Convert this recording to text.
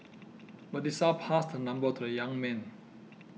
Melissa passed her number to the young man